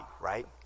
right